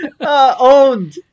Owned